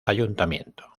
ayuntamiento